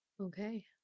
Okay